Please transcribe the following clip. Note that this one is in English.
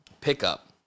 Pickup